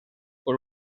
por